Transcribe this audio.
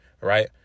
right